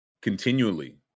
continually